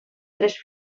tres